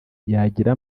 yagira